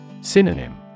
Synonym